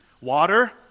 water